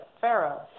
Pharaoh